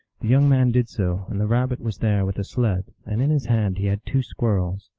young man did so, and the rabbit was there with a sled, and in his hand he had two squirrels.